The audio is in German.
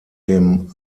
dem